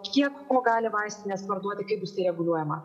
kiek ko gali vaistinės parduoti kaip bus tai reguliuojama